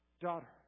daughter